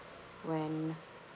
when